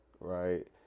right